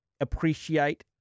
appreciate